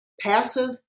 passive